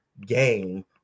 game